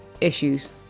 issues